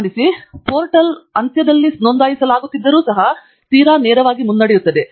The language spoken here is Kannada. ಗಮನಿಸಿ ಪೋರ್ಟಲ್ ಅಂತ್ಯದಲ್ಲಿ ನೋಂದಾಯಿಸಲಾಗುತ್ತಿದ್ದರೂ ಸಹ ತೀರಾ ನೇರ ಮುನ್ನಡೆಯುತ್ತದೆ